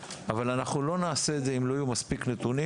אבל אנחנו לא נעשה את זה אם לא יהיו מספיק נתונים,